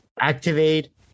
activate